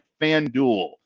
FanDuel